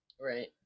right